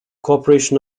cooperation